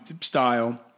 style